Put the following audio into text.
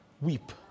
weep